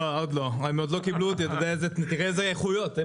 הם עוד לא קיבלו אותי, תראה איזה איכויות.